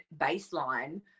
baseline